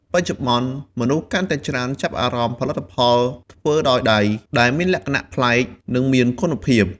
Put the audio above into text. បច្ចុប្បន្ន មនុស្សកាន់តែច្រើនចាប់អារម្មណ៍ផលិតផលធ្វើដោយដៃ ដែលមានលក្ខណៈប្លែក និងមានគុណភាព។